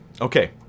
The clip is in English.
Okay